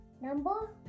Number